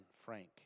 Frank